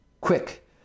quick